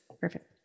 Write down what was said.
Perfect